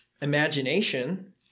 imagination